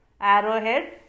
arrowhead